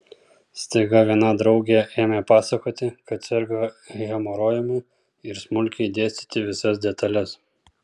staiga viena draugė ėmė pasakoti kad serga hemorojumi ir smulkiai dėstyti visas detales